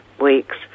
weeks